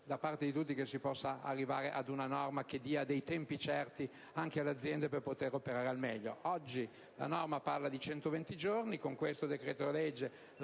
Grazie,